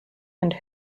and